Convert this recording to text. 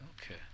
Okay